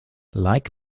like